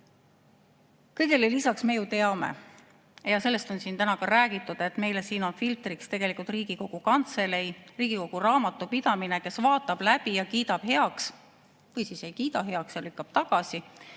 Kõigele lisaks me ju teame ja sellest on siin täna räägitud, et meile siin on filtriks tegelikult Riigikogu Kantselei raamatupidamine, kes vaatab läbi ja kiidab heaks – või siis ei kiida heaks ja lükkab tagasi